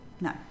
no